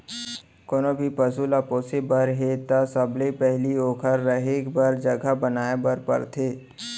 कोनों भी पसु ल पोसे बर हे त सबले पहिली ओकर रहें बर जघा बनाए बर परथे